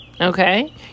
Okay